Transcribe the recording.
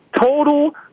total